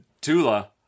Tula